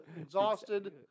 exhausted